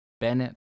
Bennett